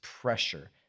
pressure